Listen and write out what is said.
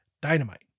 Dynamite